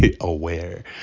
aware